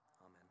Amen